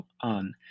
on